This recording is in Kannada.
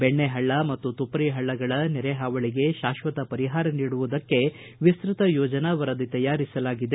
ಬೆಣ್ಣೆ ಪಳ್ಳ ಮತ್ತು ತುಪ್ಪರಿ ಹಳ್ಳಗಳ ನೆರೆಹಾವಳಿಗೆ ಶಾಪ್ಪತ ಪರಿಹಾರ ನೀಡುವುದಕ್ಕಾಗಿ ವಿಸ್ತತ ಯೋಜನಾ ವರದಿ ತಯಾರಿಸಲಾಗಿದೆ